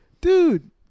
Dude